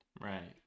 Right